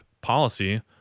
policy